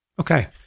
Okay